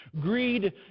Greed